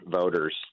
voters